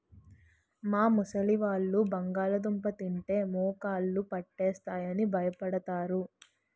మా ముసలివాళ్ళు బంగాళదుంప తింటే మోకాళ్ళు పట్టేస్తాయి అని భయపడతారు